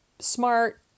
smart